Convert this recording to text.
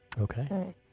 Okay